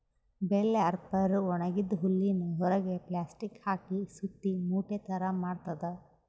bell wrapper ಒಣಗಿದ್ದ್ ಹುಲ್ಲಿನ್ ಹೊರೆಗ್ ಪ್ಲಾಸ್ಟಿಕ್ ಹಾಕಿ ಸುತ್ತಿ ಮೂಟೆ ಥರಾ ಮಾಡ್ತದ್